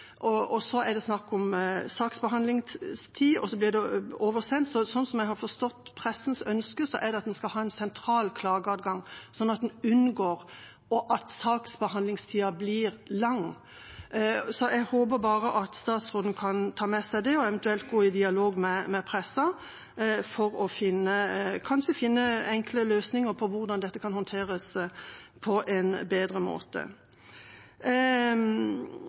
Så er det snakk om saksbehandlingstid, og så blir det oversendt. Jeg har forstått pressens ønske sånn at en skal ha en sentral klageadgang, sånn at en unngår at saksbehandlingstida blir lang. Så jeg håper at statsråden kan ta med seg det, og eventuelt gå i dialog med pressen for kanskje å finne enkle løsninger på hvordan dette kan håndteres på en bedre måte.